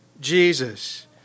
Jesus